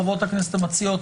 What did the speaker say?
חברות הכנסת המציעות,